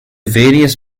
various